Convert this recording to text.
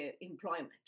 employment